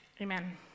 Amen